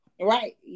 Right